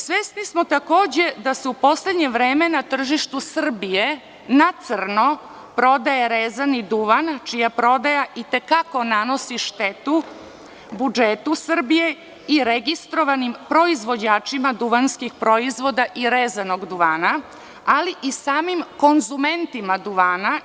Svesni smo takođe da se u poslednje vreme na tržištu Srbije, na crno prodaje rezani duvan čija prodaja i te kako nanosi štetu budžetu Srbije i registrovanim proizvođačima duvanskih proizvoda i rezanog duvana, ali i samim konzumentima duvana.